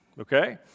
Okay